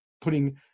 putting